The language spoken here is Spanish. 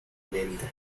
lenta